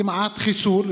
כמעט חיסול,